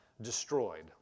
destroyed